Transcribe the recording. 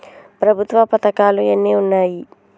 ప్రభుత్వ పథకాలు ఎన్ని ఉన్నాయి?